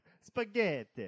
Spaghetti